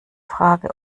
frage